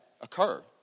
occur